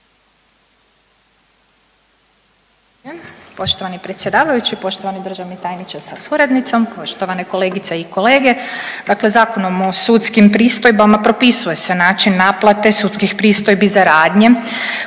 Poštovani predsjedavajući, poštovani državni tajniče sa suradnicom, poštovane kolegice i kolege. Dakle, Zakonom o sudskim pristojbama propisuje se način naplate sudskih pristojbi za radnje